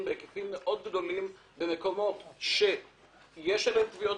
בהיקפים מאוד גדולים במקומות שיש בהם תביעות